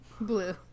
Blue